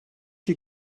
you